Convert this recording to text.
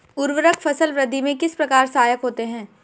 उर्वरक फसल वृद्धि में किस प्रकार सहायक होते हैं?